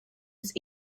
its